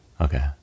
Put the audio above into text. Okay